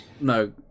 No